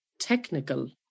technical